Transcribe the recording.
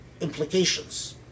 implications